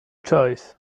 choice